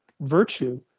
virtue